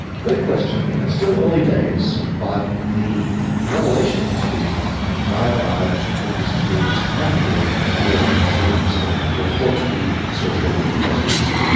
great question. it's still early days but the revelation has been that by and large these genes haven't been in genes that were thought to be associated with breast cancer.